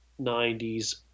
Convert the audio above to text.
90s